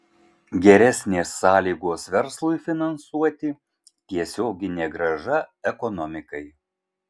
geresnės sąlygos verslui finansuoti tiesioginė grąža ekonomikai